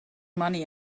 money